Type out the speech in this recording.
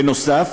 בנוסף,